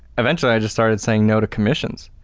eventually, i just started saying no to commissions.